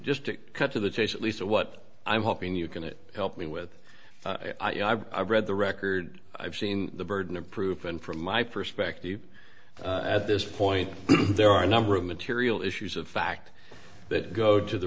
just to cut to the chase at least of what i'm hoping you can it help me with i read the record i've seen the burden of proof and from my perspective at this point there are a number of material issues of fact that go to the